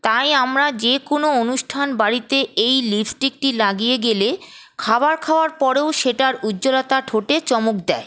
তাই আমরা যেকোনো অনুষ্ঠান বাড়িতে এই লিপস্টিকটি লাগিয়ে গেলে খাবার খাওয়ার পরেও সেটার উজ্জ্বলতা ঠোঁটে চমক